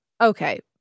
Okay